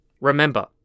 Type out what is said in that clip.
Remember